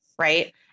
right